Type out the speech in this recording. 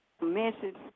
message